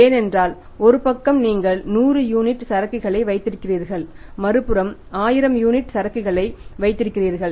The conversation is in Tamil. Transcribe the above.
ஏனென்றால் ஒரு பக்கம் நீங்கள் 100 யூனிட் சரக்குகளை வைத்திருக்கிறீர்கள் மறுபுறம் 1000 யூனிட் சரக்குகளை வைத்திருக்கிறீர்கள்